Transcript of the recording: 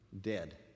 dead